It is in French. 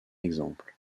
exemple